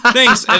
Thanks